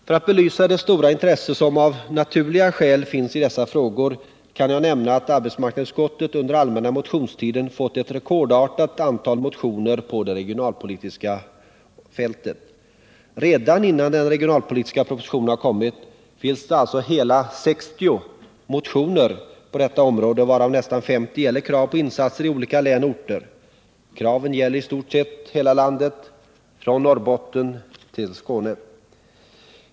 För att belysa det stora intresse som av naturliga skäl finns i dessa frågor kan jag nämna att arbetsmarknadsutskottet under allmänna motionstiden fått ett rekordartat stort antal motioner på det regionalpolitiska fältet. Redan innan propositionen har kommit finns ca 60 motioner på detta område, av vilka nästan 50 gäller krav på insatser i olika län och orter. Kraven gäller i stort sett hela landet, från Norrbotten till Skåne.